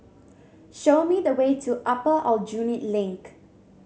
show me the way to Upper Aljunied Link